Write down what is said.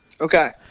Okay